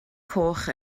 coch